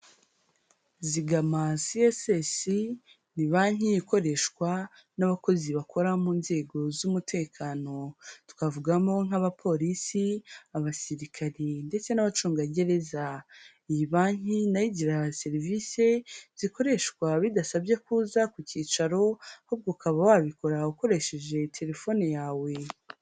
Zigama CSS ni banki ikoreshwa n'abakozi bakora mu nzego z'umutekano, twavugamo nk'abapolisi, abasirikari ndetse n'abacungagereza, iyi banki na yo igira serivisi zikoreshwa bidasabye ko uza ku cyicaro, ahubwo ukaba wabikora ukoresheje telefoni yawe.